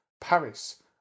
Paris